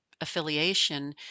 affiliation